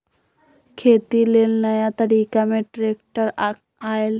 खेती लेल नया तरिका में ट्रैक्टर आयल